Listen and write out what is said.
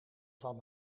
van